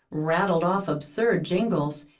rattled off absurd jingles,